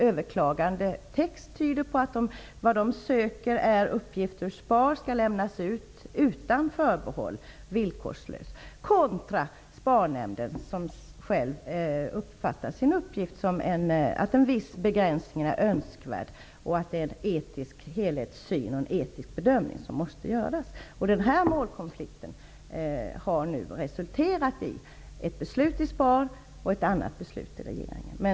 Överklagandetexten tyder på önskemål om att uppgifter ur SPAR lämnas ut utan förbehåll, medan SPAR-nämnden uppfattar sin uppgift så, att en viss begränsning är önskvärd och att en etisk bedömning med en etisk helhetssyn måste göras. Denna målkonflikt har resulterat i ett beslut i SPAR och ett annat i regeringen.